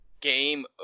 game